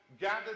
gathered